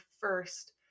first